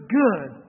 good